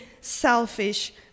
selfish